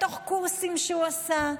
בקורסים שהוא עשה,